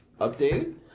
updated